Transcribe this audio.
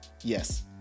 Yes